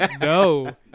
No